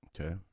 Okay